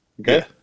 okay